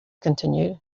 continued